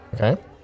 Okay